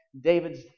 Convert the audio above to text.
David's